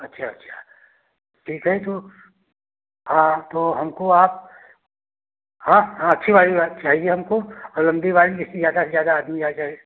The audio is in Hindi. अच्छा अच्छा ठीक है तो हाँ तो हमको आप हाँ हाँ अच्छी वाली बस चाहिए हमको लम्बी वाली जिसमें ज्यादा से ज्यादा आदमी आ जाएँ